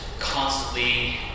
constantly